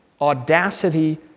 audacity